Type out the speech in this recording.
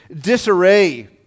disarray